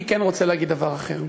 אני כן רוצה להגיד דבר אחר.